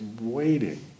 waiting